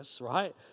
Right